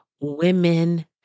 women